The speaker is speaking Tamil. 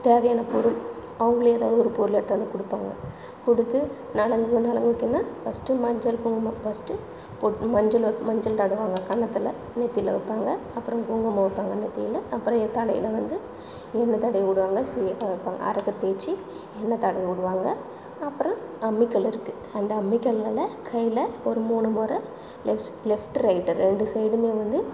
தேவையான பொருள் அவங்களே எதாவது ஒரு பொருள் எடுத்தாந்து கொடுப்பாங்க கொடுத்து நலங்கு நலங்கு வைக்கணுன்னா ஃபர்ஸ்ட்டு மஞ்சள் குங்குமம் ஃபர்ஸ்ட்டு பொட்டு மஞ்சள் வ மஞ்சள் தடவுவாங்க கன்னத்தில் நெத்தியில வைப்பாங்க அப்புறோம் குங்குமம் வைப்பாங்க நெத்தியில அப்புறம் தலையில் வந்து எண்ணெய் தடவி விடுவாங்க சீயக்காய் வைப்பாங்க அரைப்பு தேய்ச்சி எண்ணெய் தடவி விடுவாங்க அப்புறம் அம்மிகல் இருக்கு அந்த அம்மிக்கல்லால் கையில ஒரு மூணு முற லெஃப் லெஃப்ட்டு ரைட்டு ரெண்டு சைடுமே வந்து